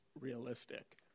realistic